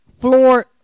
floor